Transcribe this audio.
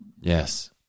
Yes